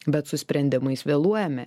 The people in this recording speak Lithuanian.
bet su sprendimais vėluojame